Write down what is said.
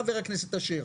חבר הכנסת אשר.